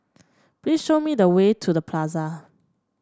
please show me the way to The Plaza